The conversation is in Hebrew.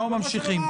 אנחנו ממשיכים.